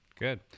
good